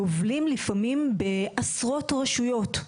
גובלים לפעמים בעשרות רשויות.